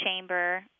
chamber